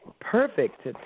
perfect